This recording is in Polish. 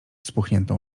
spuchniętą